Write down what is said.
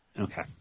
Okay